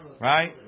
Right